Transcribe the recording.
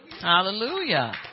Hallelujah